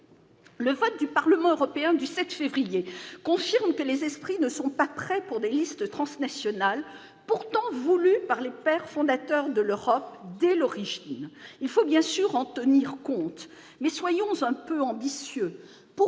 Le vote du Parlement européen du 7 février dernier confirme que les esprits ne sont pas prêts pour des listes transnationales, pourtant voulues, dès l'origine, par les pères fondateurs de l'Europe. Il faut bien sûr en tenir compte, mais soyons un peu ambitieux